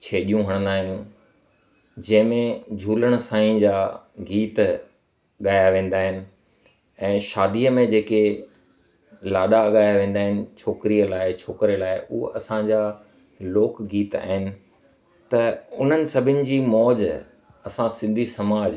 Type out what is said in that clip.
छेॼियूं हणंदा आहियूं जंहिं में झूलण साईं जा गीत ॻाया वेंदा आहिनि ऐं शादीअ में जे के लाॾा ॻाया वेंदा आहिनि छोकिरीअ लाइ छोकिरे लाइ उहा असांजा लोक गीत आहिनि त उन्हनि सभिनी जी मौज असां सिंधी समाज